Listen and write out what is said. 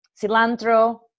cilantro